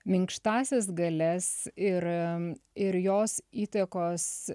minkštąsias galias ir ir jos įtakos